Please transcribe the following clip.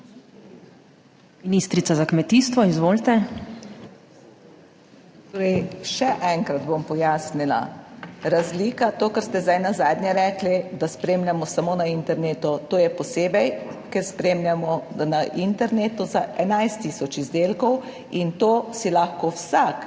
(ministrica za kmetijstvo, gozdarstvo in prehrano):** Še enkrat bom pojasnila. Razlika, to, kar ste zdaj nazadnje rekli, da spremljamo samo na internetu, to je posebej, ker spremljamo na internetu za 11 tisoč izdelkov in si lahko vsak